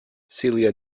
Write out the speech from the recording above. celia